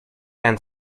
and